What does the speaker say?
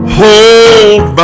hold